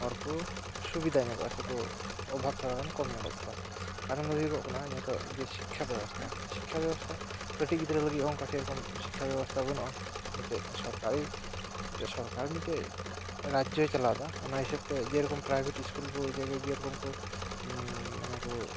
ᱦᱚᱲ ᱠᱚ ᱥᱩᱵᱤᱫᱟ ᱧᱚᱜᱚᱜᱼᱟ ᱥᱮᱠᱚ ᱚᱵᱷᱟᱵᱽ ᱛᱷᱚᱲᱟ ᱜᱟᱱ ᱠᱚᱢ ᱧᱚᱜᱚᱜ ᱛᱟᱠᱚᱣᱟ ᱠᱟᱨᱚᱱ ᱫᱚ ᱦᱩᱭᱩᱜᱚᱜ ᱠᱟᱱᱟ ᱱᱤᱛᱚᱜ ᱡᱮ ᱥᱤᱠᱠᱷᱟ ᱵᱮᱵᱚᱥᱛᱟ ᱥᱤᱠᱠᱷᱟ ᱵᱮᱵᱚᱥᱛᱟ ᱠᱟᱹᱴᱤᱡ ᱜᱤᱫᱽᱨᱟᱹ ᱞᱟᱹᱜᱤᱫ ᱚᱱᱠᱟ ᱥᱮᱨᱚᱠᱚᱢ ᱥᱤᱠᱠᱷᱟ ᱵᱮᱵᱚᱥᱛᱟ ᱵᱟᱹᱱᱩᱜᱼᱟ ᱢᱤᱫᱴᱮᱱ ᱥᱚᱨᱠᱟᱨᱤ ᱥᱚᱨᱠᱟᱨ ᱢᱤᱜᱴᱮᱱ ᱨᱟᱡᱽᱡᱚᱭ ᱪᱟᱞᱟᱣ ᱮᱫᱟ ᱚᱱᱟ ᱦᱤᱥᱟᱹᱵ ᱛᱮ ᱡᱮᱨᱚᱠᱚᱢ ᱯᱨᱟᱭᱵᱷᱮᱴ ᱥᱠᱩᱞ ᱠᱚ ᱡᱟᱜᱮ ᱡᱮᱨᱚᱠᱚᱢ ᱠᱚ ᱢᱟᱱᱮ ᱠᱚ